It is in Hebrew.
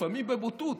לפעמים בבוטות,